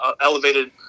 elevated